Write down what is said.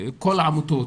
כל העמותות